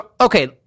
okay